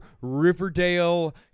Riverdale